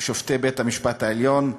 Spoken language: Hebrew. שופטי בית-המשפט העליון,